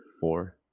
four